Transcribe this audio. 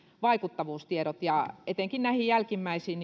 vaikuttavuustiedot etenkin näihin jälkimmäisiin